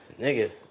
Nigga